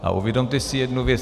A uvědomte si jednu věc.